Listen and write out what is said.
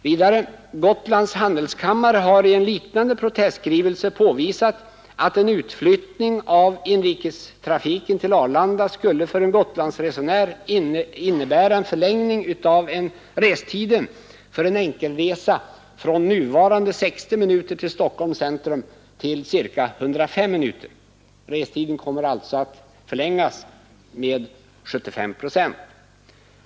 Vidare har Gotlands handelskammare i en liknande protestskrivelse påvisat att en utflyttning av inrikestrafiken till Arlanda skulle för en Gotlandsresenär innebära en förlängning av restiden för en enkelresa från nuvarande ca 60 minuter till Stockholms centrum till ca 105 minuter. Restiden kommer sålunda att förlängas med ca 75 procent.